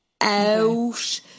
out